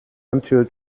until